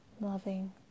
loving